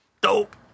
Dope